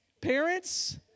Parents